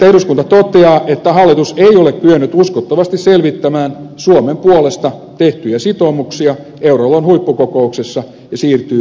eduskunta toteaa että hallitus ei ole kyennyt uskottavasti selvittämään suomen puolesta tehtyjä sitoumuksia euroalueen huippukokouksessa ja siirtyy perusteltuun päiväjärjestykseen